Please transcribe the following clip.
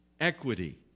equity